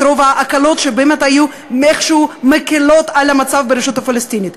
רוב ההקלות שבאמת היו איכשהו מקִלות את המצב ברשות הפלסטינית.